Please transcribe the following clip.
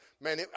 man